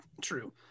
True